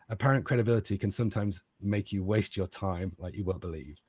apparent credibility can sometimes make you waste your time like you won't believe.